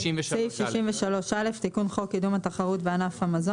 תיקון חוק קידום התחרות בענף המזון